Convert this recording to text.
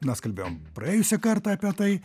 mes kalbėjom praėjusį kartą apie tai